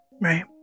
Right